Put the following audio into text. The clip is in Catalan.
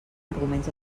arguments